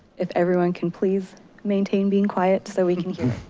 if everyone can please maintain being quiet so we can hear.